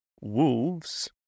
wolves